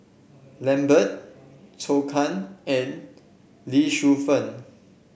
Lambert Zhou Can and Lee Shu Fen